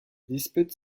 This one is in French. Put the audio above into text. dispute